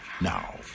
Now